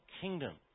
kingdom